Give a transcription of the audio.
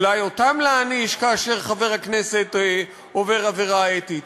אולי אותם להעניש כאשר חבר הכנסת עובר עבירה אתית.